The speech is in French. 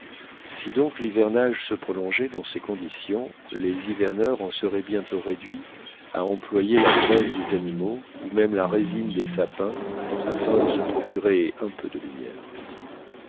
si donc l'hivernage se prolongeait dans ces conditions les hiverneurs en seraient bientôt réduits à employer la graisse des animaux ou même la résine des sapins afin de se procurer un peu de lumière